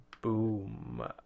Boom